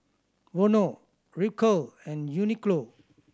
Vono Ripcurl and Uniqlo